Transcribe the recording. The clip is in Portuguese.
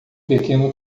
pequeno